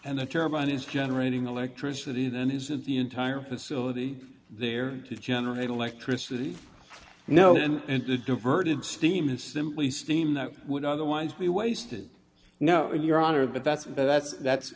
and the turbine is generating electricity then is that the entire facility there to generate electricity no and the diverted steam is simply steam that would otherwise be wasted no your honor that that's that's that's